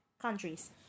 countries